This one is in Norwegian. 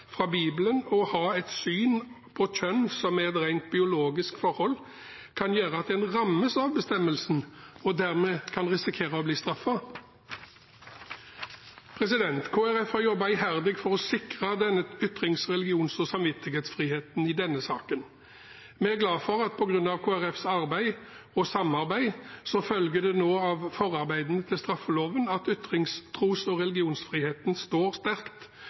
fra bibelen og ha et syn på kjønn som et rent biologisk forhold, kan gjøre at man rammes av bestemmelsen og dermed kan risikere å bli straffet. Kristelig Folkeparti har jobbet iherdig for å sikre denne ytrings-, religions- og samvittighetsfriheten i denne saken. Vi er glad for at på grunn av Kristelig Folkepartis arbeid og samarbeid følger det nå av forarbeidene til straffeloven at ytrings-, tros- og religionsfriheten står sterkt,